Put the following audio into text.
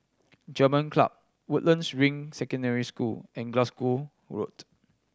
German Club Woodlands Ring Secondary School and Glasgow Road